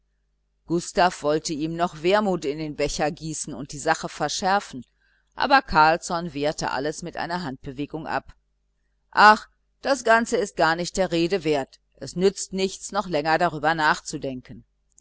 gustav wollte ihm noch wermut in den becher gießen und die sache verschärfen aber carlsson wehrte alles mit einer handbewegung ab ach das ganze ist gar nicht der rede wert es nützt nichts noch länger darüber nachzudenken